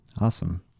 Awesome